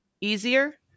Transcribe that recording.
easier